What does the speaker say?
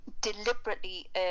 deliberately